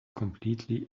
completely